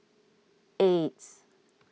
eights